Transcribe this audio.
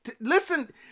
Listen